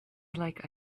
like